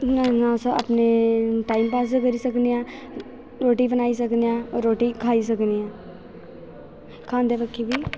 इ'यां इ'यां अस अपने टाईम पास करी सकने ऐं रोटी बनाई सकने ऐं रोटी खाई सकने ऐं खंदे बाकी बी